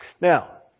Now